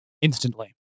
Instantly